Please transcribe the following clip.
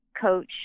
coach